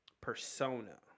persona